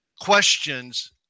questions